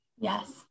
Yes